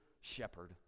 shepherd